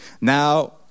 Now